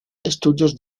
estudios